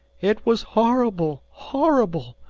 it was horrible horrible!